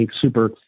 Super